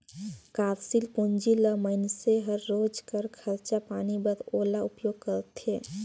कारसील पूंजी ल मइनसे हर रोज कर खरचा पानी बर ओला उपयोग करथे